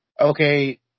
okay